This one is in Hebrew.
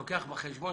לוקח בחשבון